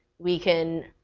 we can,